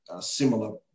similar